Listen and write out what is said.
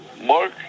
Mark